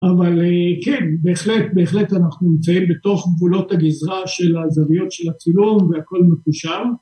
אבל כן, בהחלט, בהחלט אנחנו נמצאים בתוך גבולות הגזרה של הזוויות של הצילום והכל מקושר.